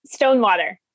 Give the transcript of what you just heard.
Stonewater